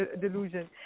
delusion